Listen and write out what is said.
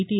T